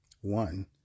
One